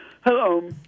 Hello